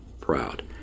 proud